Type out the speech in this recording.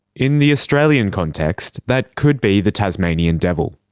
in the australian context, that could be the tasmanian devil.